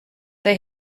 they